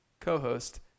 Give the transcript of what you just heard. co-host